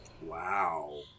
Wow